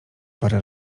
parę